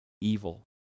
evil